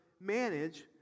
manage